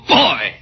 boy